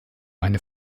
eine